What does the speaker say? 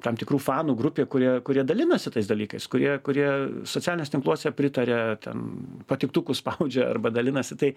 tam tikrų fanų grupė kuri kurie dalinasi tais dalykais kurie kurie socialiniuose tinkluose pritaria ten patiktukus spaudžia arba dalinasi tai